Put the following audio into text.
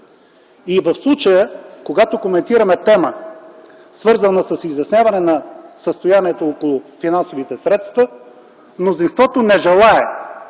И в случая, когато коментираме тема, свързана с изясняване на състоянието около финансовите средства, мнозинството не желае